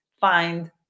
find